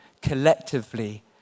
collectively